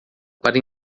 para